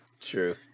true